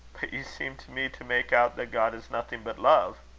but you seem to me to make out that god is nothing but love!